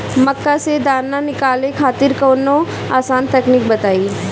मक्का से दाना निकाले खातिर कवनो आसान तकनीक बताईं?